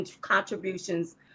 contributions